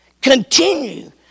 continue